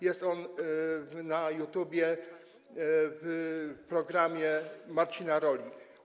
Jest on na YouTube w programie Marcina Roli.